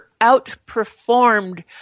outperformed